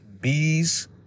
bees